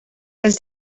dels